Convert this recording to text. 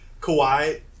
Kawhi